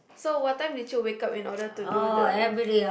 so what time did you wake up in order to do the